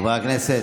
חברי הכנסת.